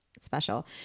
special